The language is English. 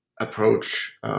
approach